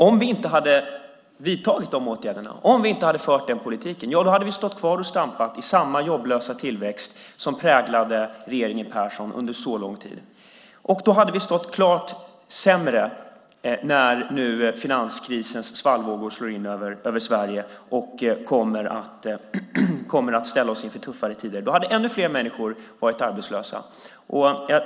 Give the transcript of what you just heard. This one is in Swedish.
Om vi inte hade vidtagit de åtgärderna, om vi inte hade fört den politiken, ja, då hade vi stått kvar och stampat i samma jobblösa tillväxt som präglade regeringen Persson under så lång tid. Och då hade vi stått klart sämre rustade när nu finanskrisens svallvågor slår in över Sverige och kommer att ställa oss inför tuffare tider. Då hade ännu fler människor varit arbetslösa.